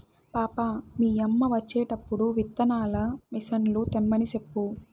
పాపా, మీ యమ్మ వచ్చేటప్పుడు విత్తనాల మిసన్లు తెమ్మని సెప్పు